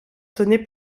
sonner